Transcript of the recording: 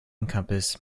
encompass